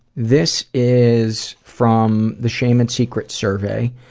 this is from the shame and secrets survey,